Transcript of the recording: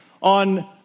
on